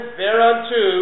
thereunto